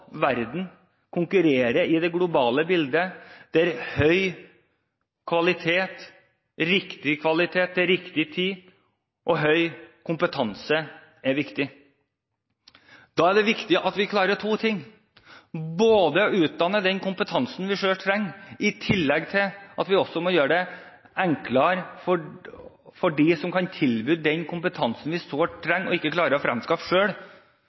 verden – som konkurrerer globalt – der høy kvalitet, riktig kvalitet til riktig tid og høy kompetanse er viktig. Da er det viktig at vi klarer to ting: både å utdanne innenfor den kompetansen vi selv trenger, og å gjøre det enklere for dem som kan tilby fra utlandet den kompetansen vi sårt trenger, og som vi ikke klarer å fremskaffe